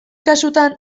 kasutan